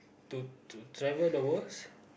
to to travel the world